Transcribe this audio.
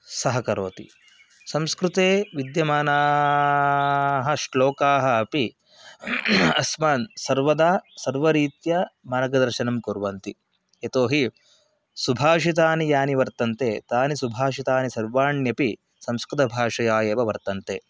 सहकरोति संस्कृते विद्यमानाः श्लोकाः अपि अस्मान् सर्वदा सर्वरीत्या मार्गदर्शनं कुर्वन्ति यतो हि सुभाषितानि यानि वर्तन्ते तानि सुभाषितानि सर्वाण्यपि संस्कृतभाषया एव वर्तन्ते